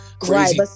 crazy